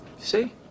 See